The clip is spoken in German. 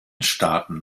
staaten